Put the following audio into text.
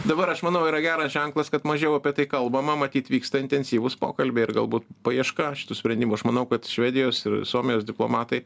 dabar aš manau yra geras ženklas kad mažiau apie tai kalbama matyt vyksta intensyvūs pokalbiai ir galbūt paiešką šitų sprendimų aš manau kad švedijos ir suomijos diplomatai